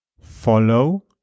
follow